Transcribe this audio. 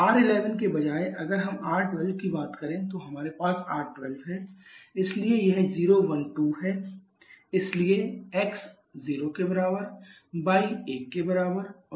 R11 के बजाय अगर हम R12 की बात करें तो हमारे पास R12 है इसलिए यह 012 है इसलिए x 0 y 1 और z 2 है